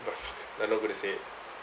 I'm not gonna say it